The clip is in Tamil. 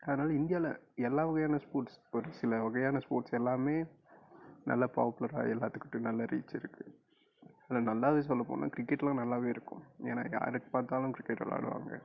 அதனால இந்தியாவில் எல்லா வகையான ஸ்போர்ட்ஸ் ஒரு சில வகையான ஸ்போர்ட்ஸ் எல்லாமே நல்லா பாப்புலராக எல்லாத்துக்கிட்டயும் நல்லா ரீச் இருக்கு ஆனால் நல்லா சொல்ல போனால் கிரிக்கெட்லாம் நல்லா இருக்கும் ஏன்னா யார் பார்த்தாலும் கிரிக்கெட் விளாடுவாங்க